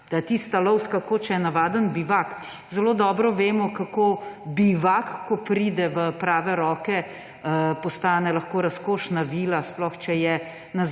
da tista lovska koča je navaden bivak. Zelo dobro vemo, kako bivak, ko pride v prave roke, postane lahko razkošna vila, sploh če je